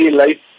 life